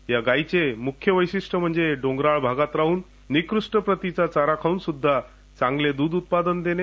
या गाईचे मुख्य वैशिष्ट्य म्हणजे डोंगराळ भागात राहन निकृष्ट पद्धतीचा चारा खाऊन सुद्धा चांगले दूध उत्पादन देते